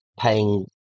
paying